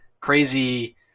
crazy